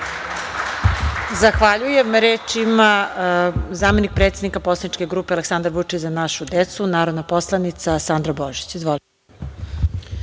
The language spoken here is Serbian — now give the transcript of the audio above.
Zahvaljujem. Reč ima zamenik predsednika poslaničke grupe Aleksandar Vučić – za našu decu narodna poslanica Sandra